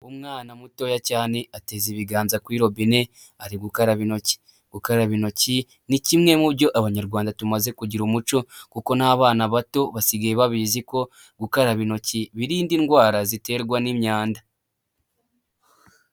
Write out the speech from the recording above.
Umwana mutoya cyane ateze ibiganza kuri robine, ari gukaraba intoki, gukaraba intoki ni kimwe mu byo abanyarwanda tumaze kugira umuco, kuko n'abana bato basigaye babizi ko gukaraba intoki birinda indwara ziterwa n'imyanda.